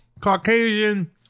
Caucasian